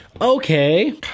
okay